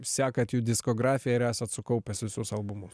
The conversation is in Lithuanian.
sekat jų diskografiją ir esat sukaupęs visus albumus